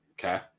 Okay